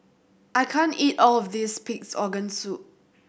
I can't eat all of this Pig's Organ Soup